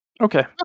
Okay